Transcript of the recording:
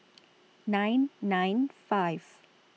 nine nine five